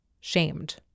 shamed